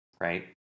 Right